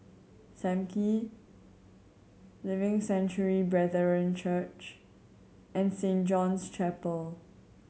Sam Kee Living Sanctuary Brethren Church and Saint John's Chapel